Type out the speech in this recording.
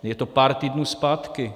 Je to pár týdnů zpátky.